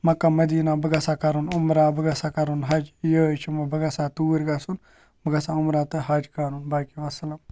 Mecca Medina بہِ گژھہٕ ہا کرُن عُمرہ بہٕ گژھہٕ ہا کرُن حج یۄہے چھُ بہِ گژھہٕ ہا توٗرۍ گژھُن بہِ گژھہٕ ہا عُمرہ تہٕ حج کرُن باقٕے والسلام